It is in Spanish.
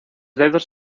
dedos